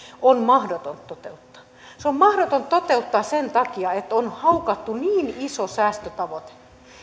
on mahdoton toteuttaa se on mahdoton toteuttaa sen takia että on haukattu niin iso säästötavoite